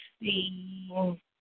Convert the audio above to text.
see